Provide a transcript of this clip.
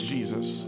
Jesus